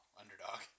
Underdog